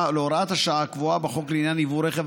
השעה הקבועה בחוק לעניין יבוא רכב,